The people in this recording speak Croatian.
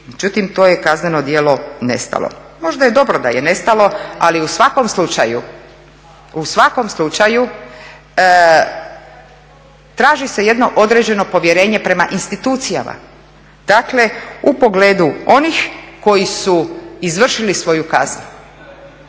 Međutim, to je kazneno djelo nestalo. Možda je dobro da je nestalo, ali u svakom slučaju traži se jedno određeno povjerenje prema institucijama. Dakle, u pogledu onih koji su izvršili svoju kaznu,